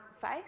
face